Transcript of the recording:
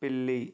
పిల్లి